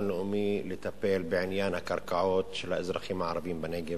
לאומי לטפל בעניין הקרקעות של האזרחים הערבים בנגב.